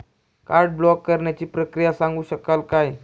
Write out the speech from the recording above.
Card block करण्याची प्रक्रिया सांगू शकाल काय?